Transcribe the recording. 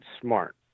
smart